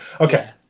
okay